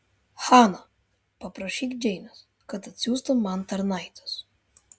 hana paprašyk džeinės kad atsiųstų man tarnaites